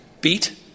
beat